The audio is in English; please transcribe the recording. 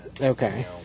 Okay